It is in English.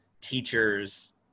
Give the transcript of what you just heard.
teachers